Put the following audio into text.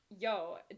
Yo